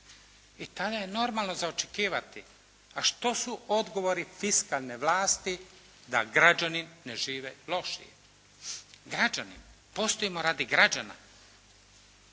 I to je normalno za očekivati. A što su odgovori fiskalne vlasti da građani ne žive lošije. Građanin, postojimo radi građana